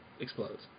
explodes